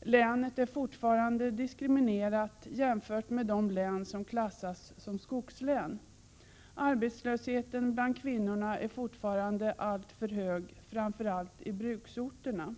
Länet är fortfarande diskriminerat jämfört med de län som klassas som skogslän. Arbetslösheten bland kvinnorna är fortfarande alltför hög, framför allt i bruksorterna.